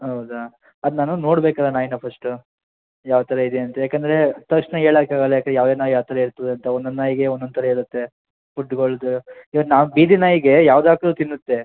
ಹೌದಾ ಅದು ನಾನು ನೋಡ್ಬೇಕಲ್ಲ ನಾಯಿನ ಫಸ್ಟು ಯಾವ ಥರ ಇದೆ ಅಂತ ಏಕಂದ್ರೆ ತಕ್ಷಣ ಹೇಳೋಕಾಗಲ್ಲ ಯಾಕಂದ್ರೆ ಯಾವ ಯಾವ ನಾಯಿ ಯಾವ ಥರ ಇರ್ತದೆ ಅಂತ ಒಂದೊಂದು ನಾಯಿಗೆ ಒಂದೊಂದು ಥರ ಇರುತ್ತೆ ಹುಟ್ಗೊಳ್ದು ಈಗ ನಾವು ಬೀದಿನಾಯಿಗೆ ಯಾವ್ದು ಹಾಕಿದ್ರು ತಿನ್ನುತ್ತೆ